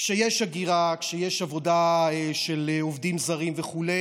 כשיש הגירה, כשיש עבודה של עובדים זרים וכו',